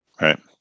Right